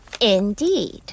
Indeed